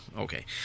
okay